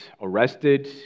arrested